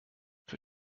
für